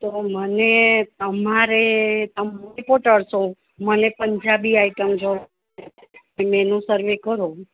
તો મને તમારે આમ હું રીપોટર છું મને પંજાબી આઈટમ જોઈએ એ મેનૂ સર્વે કરો